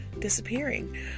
disappearing